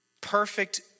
perfect